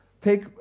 take